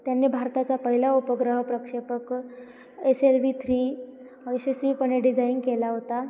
त्यांनी भारताचा पहिला उपग्रह प्रक्षेपक एस एल वी थ्री यशस्वीपणे डिझाईन केला होता